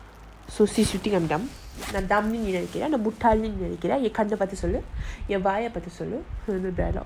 so sis you think I'm dumb like dummy நெனைக்கிறேன்முட்டாள்னுநெனைக்கிறேன்என்கண்ணபார்த்துசொல்லுஎன்வாயபார்த்துசொல்லு:nenaikren muttalnu nenaikren en kanna parthu sollu en vaya parthu sollu